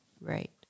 Right